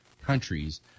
countries